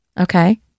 Okay